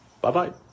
Bye-bye